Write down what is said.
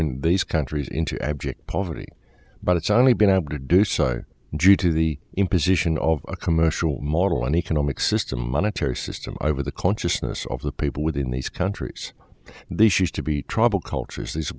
g these countries into abject poverty but it's only been able to do so i do to the imposition of a commercial model an economic system monetary system over the consciousness of the people within these countries this used to be trouble cultures these